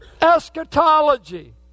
Eschatology